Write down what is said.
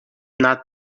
not